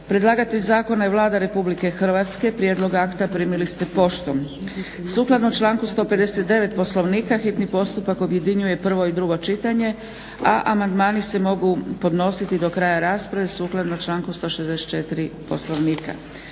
Predlagatelj zakona je Vlada Republike Hrvatske. Prijedlog akta primili ste poštom. Sukladno članku 159. Poslovnika hitni postupak objedinjuje prvo i drugo čitanje, a amandmani se mogu podnositi do kraja rasprave sukladno članku 164. Poslovnika.